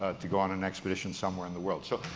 ah to go on an expedition somewhere in the world. so,